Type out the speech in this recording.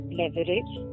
leverage